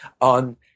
on